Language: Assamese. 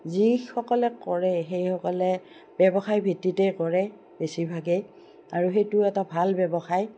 যিসকলে কৰে সেইসকলে ব্যৱসায় ভিত্তিতেই কৰে বেছিভাগেই আৰু সেইটোও এটা ভাল ব্যৱসায়